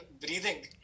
breathing